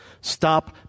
Stop